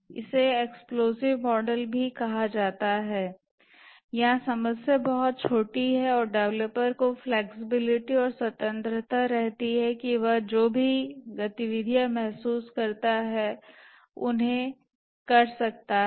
इसे explosive model भी कहा जाता है यहां समस्या बहुत छोटी है और डेवलपर को फ्लैक्सिबिलिटी और स्वतंत्रता रहती है कि वह जो भी गतिविधियां महसूस करता है उन्हें करने कर सकता है